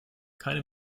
keine